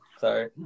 sorry